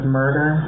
murder